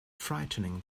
frightening